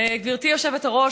גברתי היושבת-ראש,